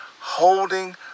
holding